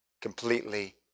completely